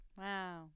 Wow